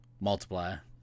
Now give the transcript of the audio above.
multiplier